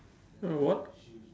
uh what